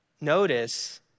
notice